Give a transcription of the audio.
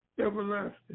everlasting